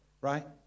right